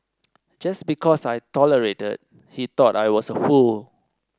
just because I tolerated he thought I was a fool